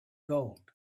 gold